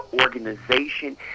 organization